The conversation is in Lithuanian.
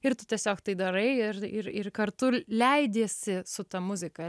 ir tu tiesiog tai darai ir ir ir kartu leidiesi su ta muzika